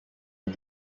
but